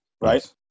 Right